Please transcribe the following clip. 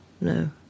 no